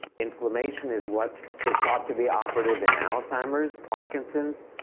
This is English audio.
inflammation is what is thought to be operative in alzheimer's, parkinson's,